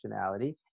functionality